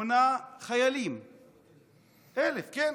24,168 חיילים, כן,